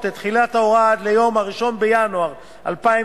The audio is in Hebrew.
את תחילת ההוראה עד יום 1 בינואר 2012,